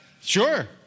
Sure